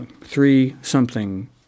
three-something